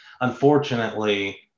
Unfortunately